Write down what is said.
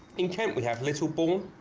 in kent we have littlebourne,